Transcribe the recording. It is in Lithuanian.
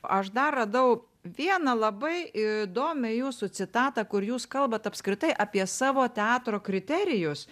aš dar radau vieną labai įdomią jūsų citatą kur jūs kalbat apskritai apie savo teatro kriterijus